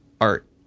art